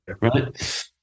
right